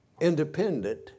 independent